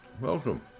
Welcome